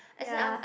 ya